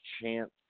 chance